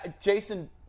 Jason